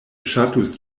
ŝatus